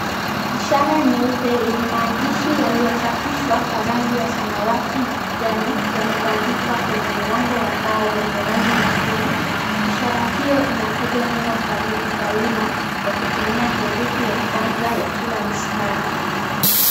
Ishara nyeupe yenye maandishi yaliyochapishwa kwa rangi ya samawati na kijani, yamebandikwa kwenye mlango wa mbao wenye rangi nyekundu. Ishara hiyo inataja neno karibu kwa wima kwa kutumia herufi ya kwanza ya kila mstari.